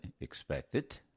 expected